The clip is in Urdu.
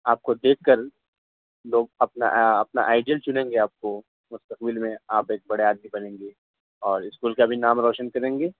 آپ کو دیکھ کر لوگ اپنا اپنا آئیڈیل چنیں گے آپ کو مستقبل میں آپ ایک بڑے آدمی بنیں گے اور اسکول کا بھی نام روشن کریں گے